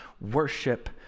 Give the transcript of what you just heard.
worship